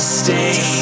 stay